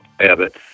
Abbott